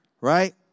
right